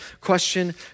Question